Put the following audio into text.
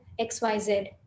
XYZ